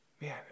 Man